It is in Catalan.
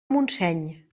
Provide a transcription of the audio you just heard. montseny